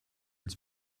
its